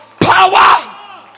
power